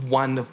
one